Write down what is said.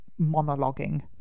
monologuing